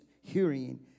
hearing